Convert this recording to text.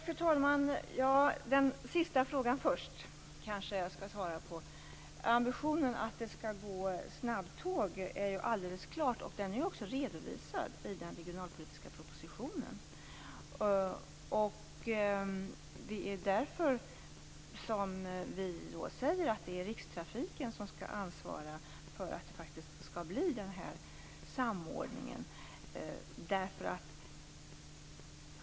Fru talman! Jag tar den sista frågan först. Ambitionen att det skall gå snabbtåg är alldeles klar, och den är också redovisad i den regionalpolitiska propositionen. Det är därför vi säger att det är Rikstrafiken som skall ansvara för den här samordningen.